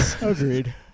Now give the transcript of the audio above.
agreed